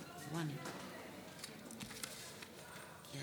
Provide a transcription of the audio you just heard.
ע'דיר כמאל מריח, בעד היבה